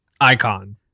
Icon